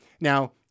Now